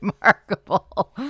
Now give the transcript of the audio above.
remarkable